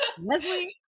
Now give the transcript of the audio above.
Leslie